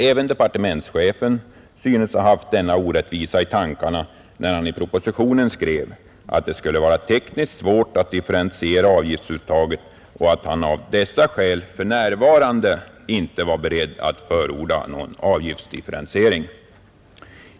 Även departementschefen synes ha haft denna orättvisa i tankarna när han i propositionen skrev att det skulle ”vara tekniskt svårt att differentiera avgiftsuttaget” och att han av dessa skäl för närvarande inte var beredd att förorda någon avgiftsdifferentiering.